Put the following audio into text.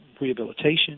rehabilitation